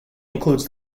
includes